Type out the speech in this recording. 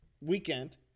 weekend